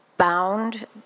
bound